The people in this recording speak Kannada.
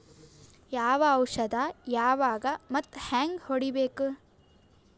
ಯಾವ ಔಷದ ಯಾವಾಗ ಮತ್ ಹ್ಯಾಂಗ್ ಹೊಡಿಬೇಕು?